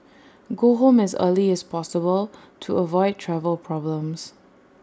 go home as early as possible to avoid travel problems